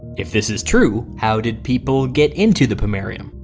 if this is true, how did people get into the pomerium?